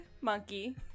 monkey